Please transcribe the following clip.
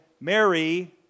Mary